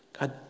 God